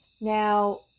Now